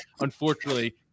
unfortunately